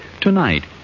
Tonight